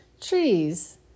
trees